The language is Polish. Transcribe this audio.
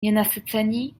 nienasyceni